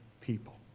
people